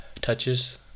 touches